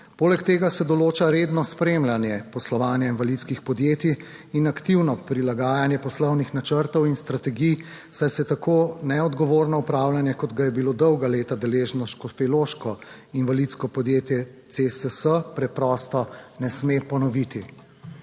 Poleg tega se določa redno spremljanje poslovanja invalidskih podjetij in aktivno prilagajanje poslovnih načrtov in strategij. Saj se tako neodgovorno upravljanje, kot ga je bilo dolga leta deležno škofjeloško invalidsko podjetje CSS, preprosto ne sme ponoviti.